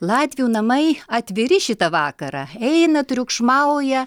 latvių namai atviri šitą vakarą eina triukšmauja